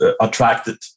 attracted